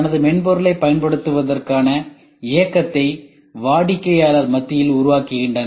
தனது மென்பொருளை பயன்படுத்துவதற்கான ஏக்கத்தை வாடிக்கையாளர்கள் மத்தியில் உருவாக்குகின்றனர்